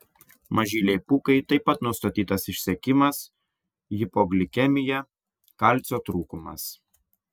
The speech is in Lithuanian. mažylei pūkai taip pat nustatytas išsekimas hipoglikemija kalcio trūkumas